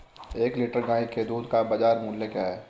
एक लीटर गाय के दूध का बाज़ार मूल्य क्या है?